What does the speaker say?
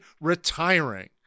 retiring